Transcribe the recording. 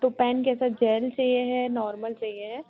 तो पैन कैसा जेल चाहिए है नॉर्मल चाहिए है